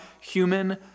human